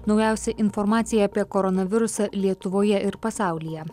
naujausia informacija apie koronavirusą lietuvoje ir pasaulyje